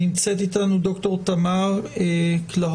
נמצאת איתנו ד"ר תמר קלהורה